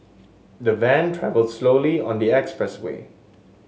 the van travelled slowly on the expressway